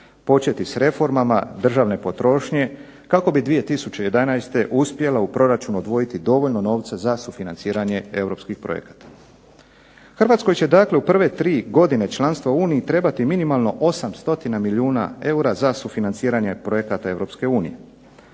početi s reformama državne potrošnje kako bi 2011. uspjela u proračun odvojiti dovoljno novca za sufinanciranje Europskih projekata. Hrvatskoj će dakle u prve tri godine članstva u Uniji trebati minimalno 800 milijuna eura za sufinanciranje projekata Europske unije.